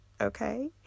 okay